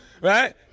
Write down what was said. Right